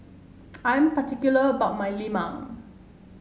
I'm particular about my lemang